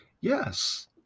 Yes